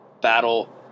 battle